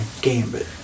Gambit